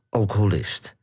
alcoholist